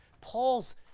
Paul's